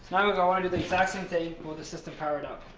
i'm going to do the exact same thing with the system powered up.